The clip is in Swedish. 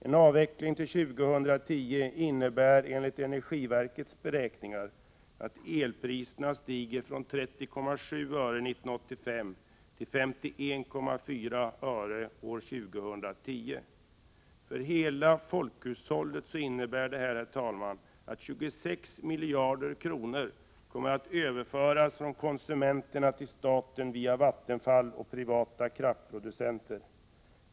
En avveckling till 2010 innebär enligt energiverkets beräkningar att elpriserna stiger från 30,7 öre år 1985 till 51,4 år 2010. För hela folkhushållet innebär det att 26 miljarder kronor kommer att överföras från konsumenterna till staten via Vattenfall och privata kraftproducenter.